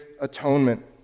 atonement